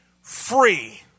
free